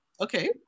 okay